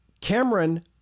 Cameron